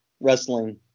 Wrestling